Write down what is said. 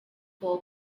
for